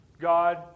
God